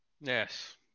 Yes